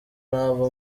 nava